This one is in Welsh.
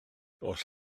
oes